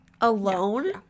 alone